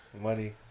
Money